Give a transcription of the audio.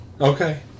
Okay